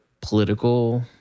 political